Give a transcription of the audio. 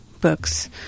books